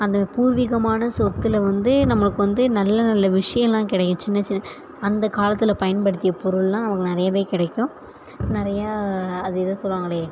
அந்த பூர்வீகமான சொத்தில் வந்து நமக்கு வந்து நல்ல நல்ல விஷயல்லாம் கிடைக்கும் சின்ன சின்ன அந்த காலத்தில் பயன்படுத்திய பொருளெலாம் நமக்கு நிறையாவே கிடைக்கும் நிறைய அது ஏதோ சொல்லுவாங்கள்லே